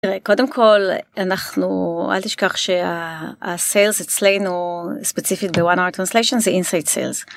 קודם כל אנחנו אל תשכח שהסיילס אצלנו ספציפית בוואנר טרנסליישן זה אינסטייט סיילס.